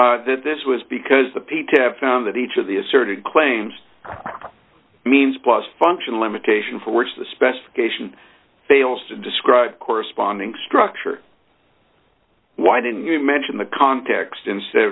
that this was because the pieta have found that each of the asserted claims means plus functional limitation for which the specification fails to describe corresponding structure why didn't you mention the context instead